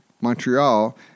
Montreal